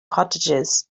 cottages